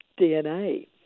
dna